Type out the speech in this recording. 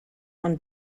ond